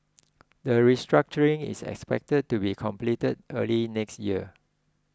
the restructuring is expected to be completed early next year